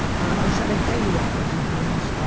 i said, i tell you what, boys and girls.